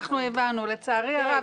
הזה.